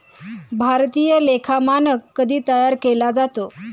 भारतीय लेखा मानक कधी तयार केले जाते?